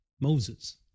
Moses